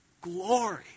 Glory